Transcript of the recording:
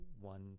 one